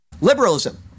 Liberalism